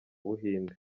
buhinde